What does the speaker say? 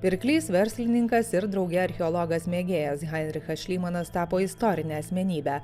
pirklys verslininkas ir drauge archeologas mėgėjas heinrichas šlymanas tapo istorine asmenybe